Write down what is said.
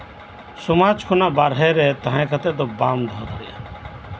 ᱥᱚᱢᱟᱡ ᱠᱷᱚᱱᱟᱜ ᱵᱟᱨᱦᱮ ᱨᱮ ᱛᱟᱦᱮᱸ ᱠᱟᱛᱮ ᱫᱚ ᱵᱟᱝ ᱦᱩᱭᱟ